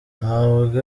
ntabwo